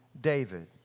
David